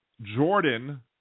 Jordan